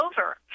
over